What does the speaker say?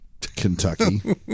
Kentucky